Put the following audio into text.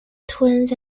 twins